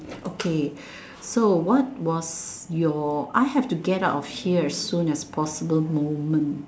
okay so what was your I have to get out of here soon as possible moment